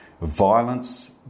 Violence